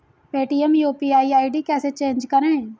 Paytm UPI ID कैसे change करें?